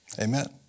Amen